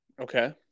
Okay